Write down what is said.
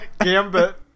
Gambit